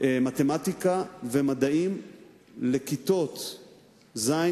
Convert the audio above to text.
מתמטיקה ומדעים לכיתות ז',